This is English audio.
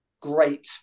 great